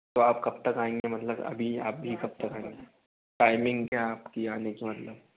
तो आप कब तक आएँगे मतलब अभी आप भी कब तक आएँगे टाइमिंग क्या आपकी आने की मतलब